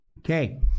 Okay